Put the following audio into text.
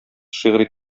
шигъри